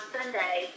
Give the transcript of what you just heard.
Sunday